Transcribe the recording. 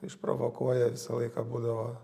išprovokuoja visą laiką būdavo